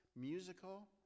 musical